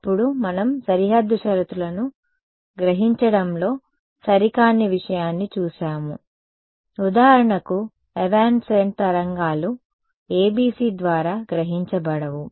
అప్పుడు మనం సరిహద్దు షరతులను గ్రహించడంలో సరికాని విషయాన్ని చూశాము ఉదాహరణకు ఎవాన్సెంట్ తరంగాలు ABC ద్వారా గ్రహించబడవు